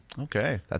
Okay